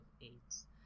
AIDS